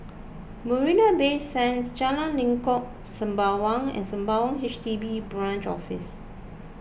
Marina Bay Sands Jalan Lengkok Sembawang and Sembawang H D B Branch Office